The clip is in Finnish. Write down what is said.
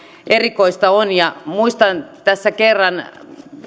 erikoista on ja muistan että tässä kerran